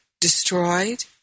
destroyed